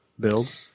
build